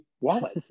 wallet